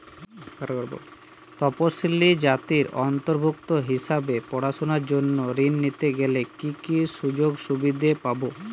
তফসিলি জাতির অন্তর্ভুক্ত হিসাবে পড়াশুনার জন্য ঋণ নিতে গেলে কী কী সুযোগ সুবিধে পাব?